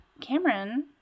Cameron